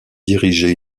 diriger